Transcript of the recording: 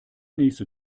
nächste